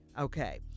Okay